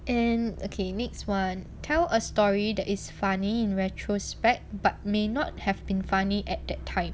and okay next one tell a story that is funny in retrospect but may not have been funny at that time